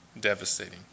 devastating